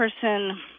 person